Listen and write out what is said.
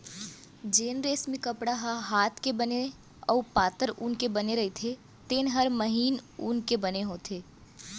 जेन रेसमी कपड़ा ह हात के बिने अउ पातर ऊन के बने रइथे तेन हर महीन ऊन के बने होथे